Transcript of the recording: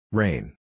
rain